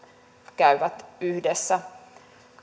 käyvät yhdessä